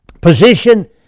position